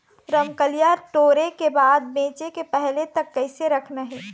रमकलिया टोरे के बाद बेंचे के पहले तक कइसे रखना हे?